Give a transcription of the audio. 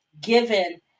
given